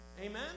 Amen